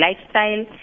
lifestyle